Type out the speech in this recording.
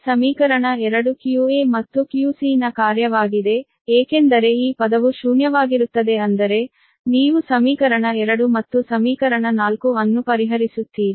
ಈ ಸಮೀಕರಣ 2 qa ಮತ್ತು qc ನ ಕಾರ್ಯವಾಗಿದೆ ಏಕೆಂದರೆ ಈ ಪದವು ಶೂನ್ಯವಾಗಿರುತ್ತದೆ ಅಂದರೆ ನೀವು ಸಮೀಕರಣ 2 ಮತ್ತು ಸಮೀಕರಣ 4 ಅನ್ನು ಪರಿಹರಿಸುತ್ತೀರಿ